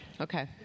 Okay